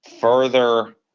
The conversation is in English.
further